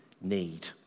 need